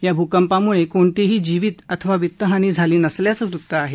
या भुकंपामुळे कोणतीही जिवीत अथवा वित्तहानी झाली नसल्याचं वृत्त आहे